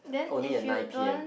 only at nine p_m